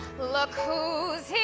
look who's who's